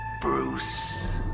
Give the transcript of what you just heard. Bruce